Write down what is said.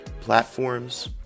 platforms